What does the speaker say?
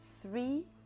three